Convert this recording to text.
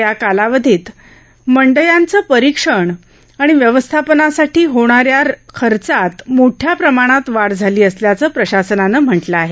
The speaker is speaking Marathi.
या कालावधीत मंडयांचे परिरक्षण आणि व्यवस्थापनासाठी होणाऱ्या खर्चात मोठ्या प्रमाणात वाढ झाली असल्याचं प्रशासनानं म्हटलं आहे